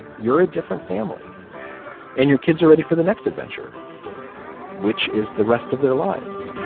you're a different family and your kids are ready for the next adventure which is the rest of their lives